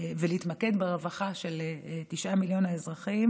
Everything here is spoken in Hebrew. ולהתמקד ברווחה של תשעה מיליון אזרחים,